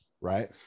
right